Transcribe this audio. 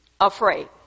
afraid